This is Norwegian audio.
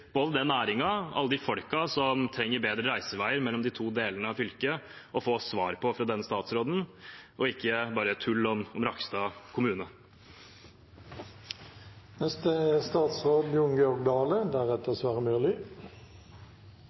både denne næringen og alle de folkene som trenger bedre reisevei mellom de to delene av fylket, å få svar på fra denne statsråden, og ikke bare tull om Rakkestad kommune.